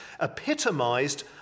epitomised